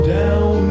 down